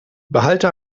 behalte